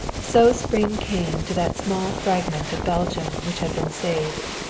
so spring came to that small fragment of belgium which had been saved,